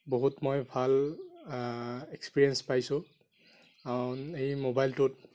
বহুত মই ভাল এক্সপেৰিয়েন্স পাইছোঁ এই ম'বাইলটোত